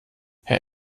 herr